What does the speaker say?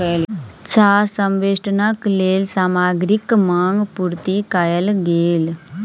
चाह संवेष्टनक लेल सामग्रीक मांग पूर्ति कयल गेल